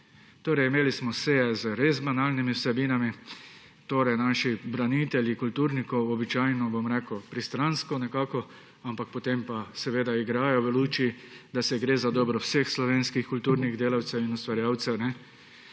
čas. Imeli smo seje z res banalnimi vsebinami. Naši branitelji kulturnikov se običajno pristransko, ampak potem pa seveda igrajo v luči, da gre za dobro vseh slovenskih kulturnih delavcev in ustvarjalcev,